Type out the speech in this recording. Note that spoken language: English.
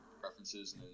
preferences